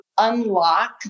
unlock